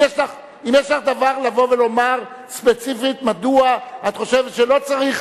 אם יש לך דבר לבוא ולומר ספציפית מדוע את חושבת שלא צריך,